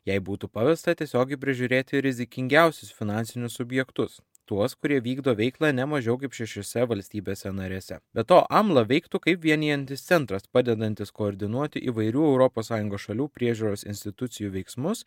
jei būtų pavesta tiesiogiai prižiūrėti rizikingiausius finansinius subjektus tuos kurie vykdo veiklą ne mažiau kaip šešiose valstybėse narėse be to amla veiktų kaip vienijantis centras padedantis koordinuoti įvairių europos sąjungos šalių priežiūros institucijų veiksmus